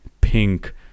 pink